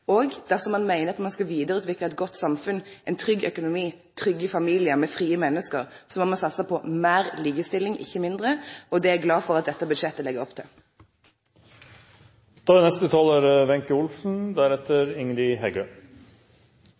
politikken. Dersom ein meiner at ein skal vidareutvikle eit godt samfunn, ein trygg økonomi, trygge familiar med frie menneske, må me satse på meir likestilling, ikkje mindre. Det er eg glad for at dette budsjettet legg opp til. Til tross for at vårt helsevesen er